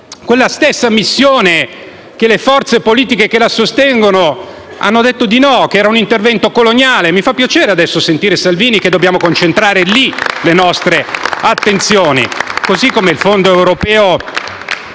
quella stessa missione alla quale le forze politiche che la sostengono hanno detto di no, perché era un intervento coloniale. Mi fa piacere adesso sentire Salvini dire che dobbiamo concentrare lì le nostre attenzioni. *(Applausi dal Gruppo